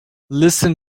listen